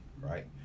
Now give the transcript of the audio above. right